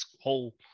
whole